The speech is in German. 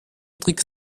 trick